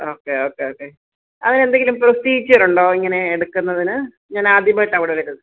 okay okay ക്കേ അതിന് എന്തെങ്കിലും പ്രൊസീജിയറ് ഉണ്ടോ ഇങ്ങനെ എടുക്കന്നതിന് ഞാൻ ആദ്യമായിട്ടാ അവിടെ വരുന്നത്